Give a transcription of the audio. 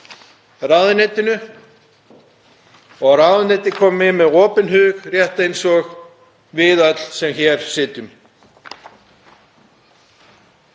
að ráðuneytið komi með opinn hug, rétt eins og við öll sem hér sitjum.